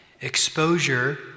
Exposure